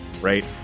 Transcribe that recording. right